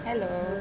hello